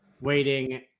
waiting